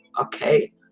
Okay